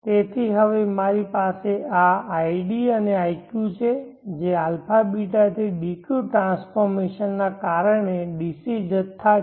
તેથી હવે મારી પાસે આ id અને iq છે જે αβ થી dq ટ્રાન્સફોર્મેશનના કારણે DC જથ્થા છે